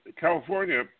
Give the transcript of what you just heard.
California